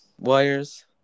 wires